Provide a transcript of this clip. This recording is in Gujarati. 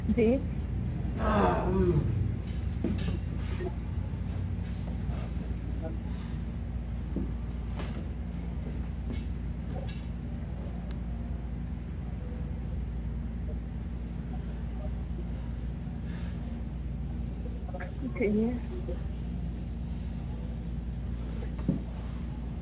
જી